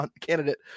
candidate